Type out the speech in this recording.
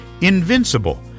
Invincible